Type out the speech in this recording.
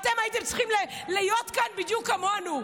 אתם הייתם צריכים להיות כאן בדיוק כמונו.